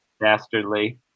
dastardly